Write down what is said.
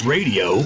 Radio